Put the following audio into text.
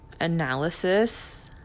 Analysis